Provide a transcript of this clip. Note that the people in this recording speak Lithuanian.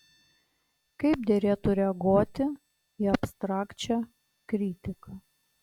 kaip derėtų reaguoti į abstrakčią kritiką